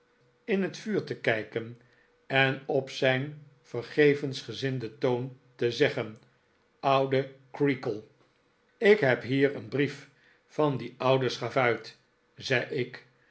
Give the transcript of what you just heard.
in het vuur te kijken en op zijn vergevensgezinden toon te zeggen oude creakle ik heb hier een brief van dien ouden schavuit zei ik